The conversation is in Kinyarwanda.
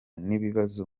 n’ibibazo